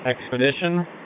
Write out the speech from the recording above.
Expedition